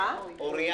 אוריה